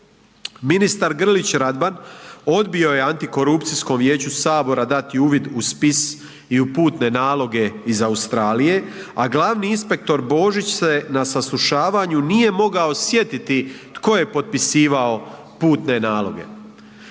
Ministar Grlić Radman odbio je Antikorupcijskom vijeću Sabora dati uvid u spis i u putne naloge iz Australije, a glavni inspektor Božić se na saslušavanju nije mogao sjetiti tko je potpisivao putne naloge.